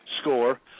score